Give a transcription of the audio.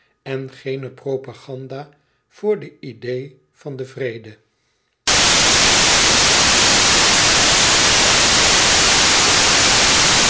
en geene propaganda voor de idee van den vrede